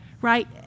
right